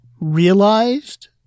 realized